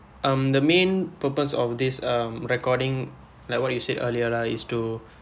um the main purpose of this um recording like what you said earlier lah is to